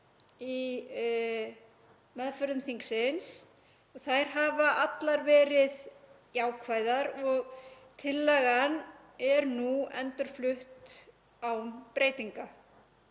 í meðförum þingsins, þær hafa allar verið jákvæðar og tillagan er nú endurflutt án breytinga.